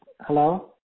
hello